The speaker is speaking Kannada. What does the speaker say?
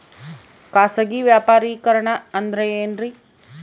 ಖಾಸಗಿ ವ್ಯಾಪಾರಿಕರಣ ಅಂದರೆ ಏನ್ರಿ?